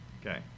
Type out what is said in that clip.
Okay